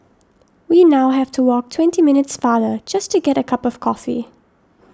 we now have to walk twenty minutes farther just to get a cup of coffee